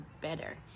better